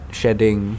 shedding